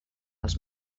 els